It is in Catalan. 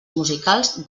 musicals